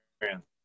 experience